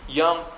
young